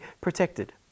protected